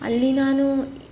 ಅಲ್ಲಿ ನಾನು